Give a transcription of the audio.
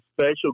special